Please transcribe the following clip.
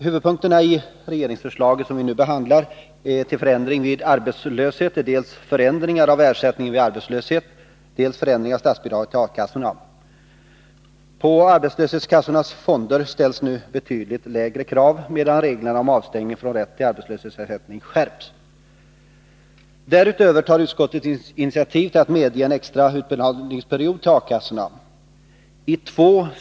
Huvudpunkterna i det regeringsförslag som vi nu behandlar om förändringar vid arbetslöshet är dels förbättringar av ersättningen vid arbetslöshet, dels förändringar av statsbidraget till A-kassorna. På arbetslöshetskassornas fonder ställs nu betydligt lägre krav, medan reglerna om avstängning från rätt till arbetslöshetsersättningen skärps. Därutöver tar utskottet initiativ till att medge en extra utbetalningsperiod för A-kassorna.